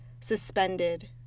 suspended